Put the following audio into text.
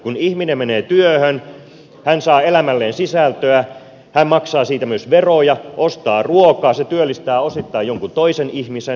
kun ihminen menee työhön hän saa elämälleen sisältöä hän maksaa siitä myös veroja ostaa ruokaa se työllistää osittain jonkun toisen ihmisen